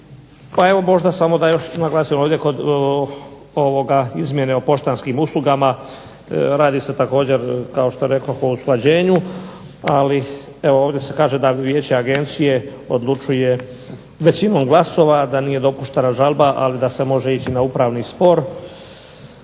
Pa evo, možda da samo još naglasim ovdje kod izmjene o poštanskim uslugama, radi se također kao što rekoh o usklađenju ali ovdje se kaže da Vijeće Agencije odlučuje većinom glasova, da nije dopuštena žalba ali da se može ići na upravni spor.